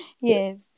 Yes